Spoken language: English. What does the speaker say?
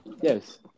Yes